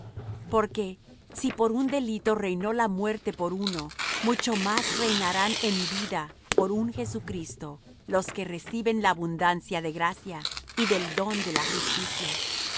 justificación porque si por un delito reinó la muerte por uno mucho más reinarán en vida por un jesucristo los que reciben la abundancia de gracia y del don de la justicia así